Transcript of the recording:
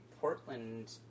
Portland